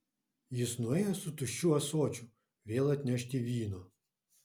jis nuėjo su tuščiu ąsočiu vėl atnešti vyno